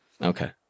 okay